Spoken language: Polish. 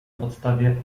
podstawie